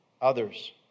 others